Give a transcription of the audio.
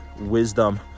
wisdom